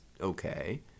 okay